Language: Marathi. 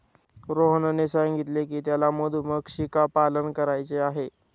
रोहनने सांगितले की त्याला मधुमक्षिका पालन करायचे आहे